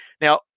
Now